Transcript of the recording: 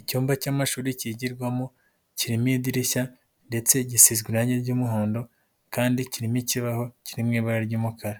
Icyumba cy'amashuri kigirwamo kirimo idirishya ndetse gisizwe irangi ry'umuhondo kandi kirimo ikibaho kiri mu ibara ry'umukara,